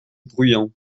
bruyant